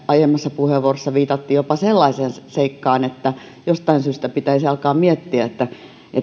aiemmassa puheenvuorossa viitattiin jopa sellaiseen seikkaan että jostain syystä pitäisi alkaa miettiä